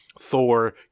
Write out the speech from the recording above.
Thor